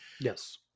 Yes